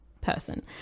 person